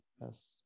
Yes